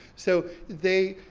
so they,